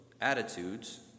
attitudes